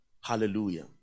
Hallelujah